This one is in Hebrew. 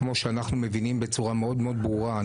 כמו שאנחנו מבינים בצורה מאוד מאוד ברורה,